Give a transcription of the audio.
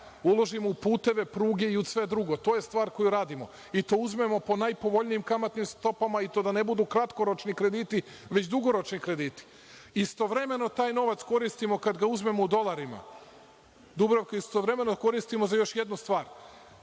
Uložimo u puteve, pruge i sve drugo. To je stvar koju radimo i to uzmemo pod najpovoljnijim kamatnim stopama i to da ne budu kratkoročni krediti, već dugoročni krediti. Istovremeno taj novac koristimo kada ga uzmemo u dolarima. Dubravka, istovremeno koristimo za još jednu stvar